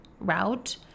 Route